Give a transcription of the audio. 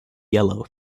yellow